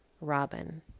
Robin